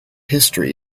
history